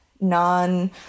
non